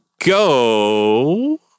go